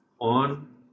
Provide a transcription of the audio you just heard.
on